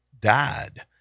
died